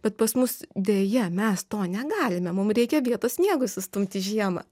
bet pas mus deja mes to negalime mum reikia vietos sniegui sustumti žiemą